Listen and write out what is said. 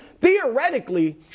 theoretically